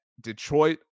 Detroit